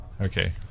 Okay